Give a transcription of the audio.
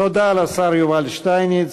תודה לשר יובל שטייניץ.